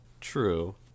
true